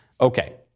Okay